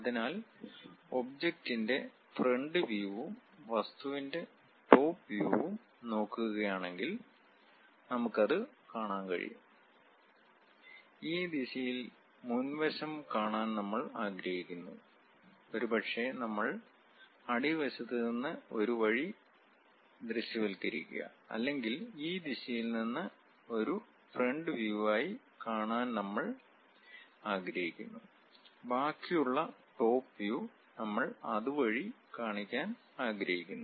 അതിനാൽ ഒബ്ജക്റ്റിന്റെ ഫ്രണ്ട് വ്യൂവും വസ്തുവിന്റെ ടോപ് വ്യൂ വും നോക്കുകയാണെങ്കിൽ നമുക്ക് അത് കാണാൻ കഴിയും ഈ ദിശയിൽ മുൻവശം കാണാൻ നമ്മൾ ആഗ്രഹിക്കുന്നു ഒരുപക്ഷേ നമ്മൾ അടിവശത്ത് നിന്ന് ഒരു വഴി ദൃശ്യവൽക്കരിക്കുക അല്ലെങ്കിൽ ഈ ദിശയിൽ നിന്ന് ഒരു ഫ്രണ്ട് വ്യൂവായി കാണാൻ നമ്മൾ ആഗ്രഹിക്കുന്നു ബാക്കിയുള്ള ടോപ്പ് വ്യൂ നമ്മൾ അതുവഴി കാണിക്കാൻ ആഗ്രഹിക്കുന്നു